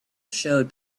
showed